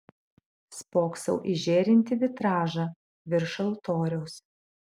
spoksau į žėrintį vitražą virš altoriaus